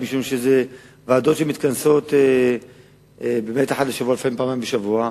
משום שזה ועדות שמתכנסות אחת לשבוע ולפעמים פעמיים בשבוע.